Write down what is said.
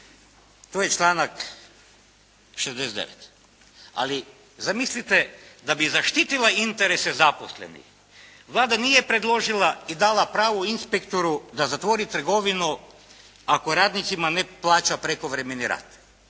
To je članak 49. Ali zamislite da bi zaštitila interese zaposlenih Vlada nije predložila i dala pravo inspektoru da zatvori trgovinu ako radnicima ne plaća prekovremeni rad,